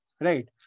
Right